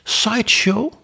sideshow